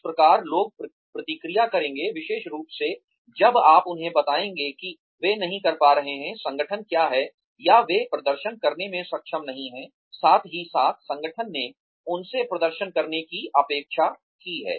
इस प्रकार लोग प्रतिक्रिया करेंगे विशेष रूप से जब आप उन्हें बताएंगे कि वे नहीं कर रहे हैं संगठन क्या है या वे प्रदर्शन करने में सक्षम नहीं हैं साथ ही साथ संगठन ने उनसे प्रदर्शन करने की अपेक्षा की है